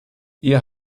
ihr